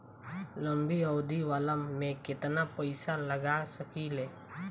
लंबी अवधि वाला में केतना पइसा लगा सकिले?